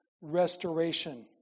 restoration